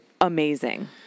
amazing